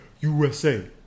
USA